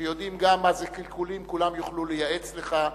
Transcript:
שיודעים גם מה זה קלקולים, וכולם יוכלו לייעץ לך.